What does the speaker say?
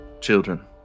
children